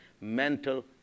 mental